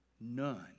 None